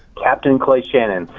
captain clay shannon,